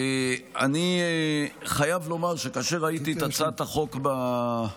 אני חייב לומר שכאשר ראיתי את הצעת החוק בפעם